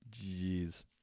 Jeez